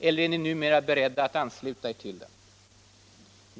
eller är ni numera beredda att ansluta er till den?